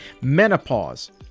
menopause